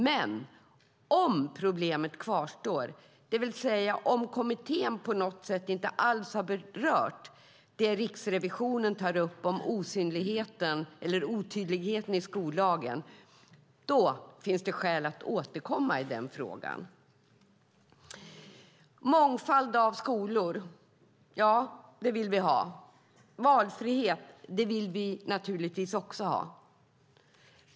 Men om problemet kvarstår, det vill säga om kommittén på något sätt inte alls berör det som Riksrevisionen tar upp om otydligheten i skollagen, finns det skäl att återkomma i denna fråga. Vi vill ha en mångfald av skolor. Vi vill naturligtvis också ha valfrihet.